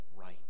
right